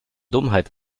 dummheit